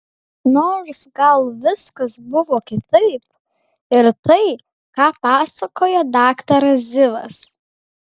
nors gal viskas buvo kitaip ir tai ką pasakojo daktaras zivas